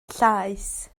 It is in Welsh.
llaes